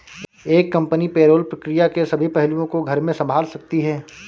एक company payroll प्रक्रिया के सभी पहलुओं को घर में संभाल सकती है